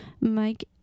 Mike